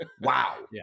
Wow